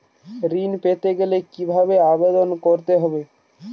ঋণ পেতে গেলে কিভাবে আবেদন করতে হবে?